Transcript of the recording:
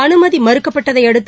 அனுமதி மறுக்கப்பட்டதையடுத்து